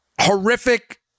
horrific